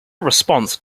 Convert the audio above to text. response